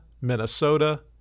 minnesota